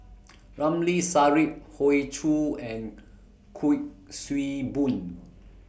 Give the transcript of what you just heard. Ramli Sarip Hoey Choo and Kuik Swee Boon